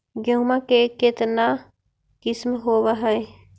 गेहूमा के कितना किसम होबै है?